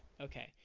Okay